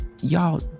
y'all